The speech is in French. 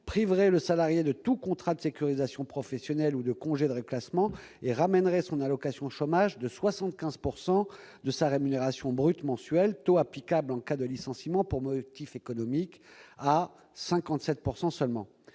priver le salarié de tout contrat de sécurisation professionnelle ou de congé de reclassement et ramener son allocation chômage de 75 % de sa rémunération brute mensuelle, taux applicable en cas de licenciement pour motif économique, à 57 % seulement.